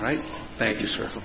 right thank you s